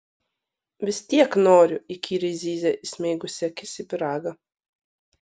vis tiek noriu įkyriai zyzė įsmeigusi akis į pyragą